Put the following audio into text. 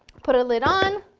put a lid on,